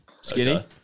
Skinny